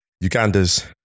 Uganda's